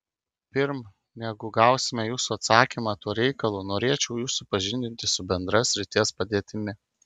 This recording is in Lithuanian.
pirm negu gausime jūsų atsakymą tuo reikalu norėčiau jus supažindinti su bendra srities padėtimi